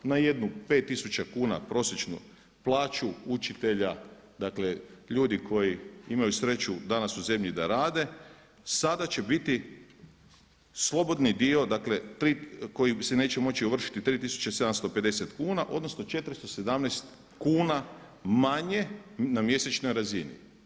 Na jednu 5000 kuna prosječnu plaću učitelja, dakle ljudi koji imaju sreću danas u zemlji da rade, sada će biti slobodni dio, dakle koji se neće moći ovršiti 3750 kuna, odnosno 417 kuna manje na mjesečnoj razini.